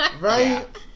right